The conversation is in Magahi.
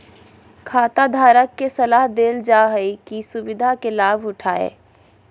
खाताधारक के सलाह देल जा हइ कि ई सुविधा के लाभ उठाय